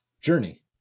Journey